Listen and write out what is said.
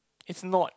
it's not